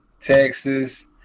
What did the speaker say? Texas